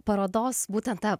parodos būtent ta